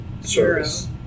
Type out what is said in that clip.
service